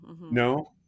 No